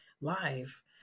live